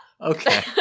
Okay